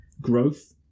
Growth